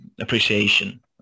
appreciation